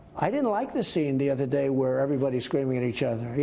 i didn't like the scene the other day where everybody is screaming at each other.